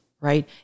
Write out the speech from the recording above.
right